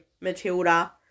Matilda